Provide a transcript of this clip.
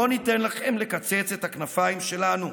לא ניתן לכם לקצץ את הכנפיים שלנו,